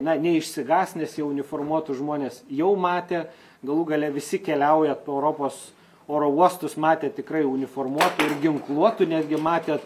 na neišsigąs nes jau uniformuotus žmones jau matė galų gale visi keliauja po europos oro uostus matė tikrai uniformuotų ir ginkluotų netgi matė